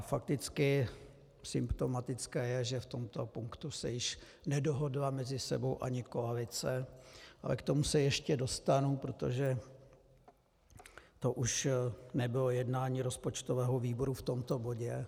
Fakticky symptomatické je, že v tomto punktu se již nedohodla mezi sebou ani koalice, ale k tomu se ještě dostanu, protože to už nebylo jednání rozpočtového výboru v tomto bodě.